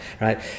right